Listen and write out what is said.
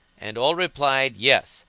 and all replied, yes!